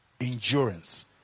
Endurance